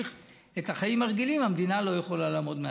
על ההכנסות של כל מי שעוסק בענף הזה,